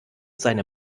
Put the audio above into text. seine